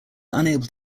unable